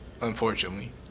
Unfortunately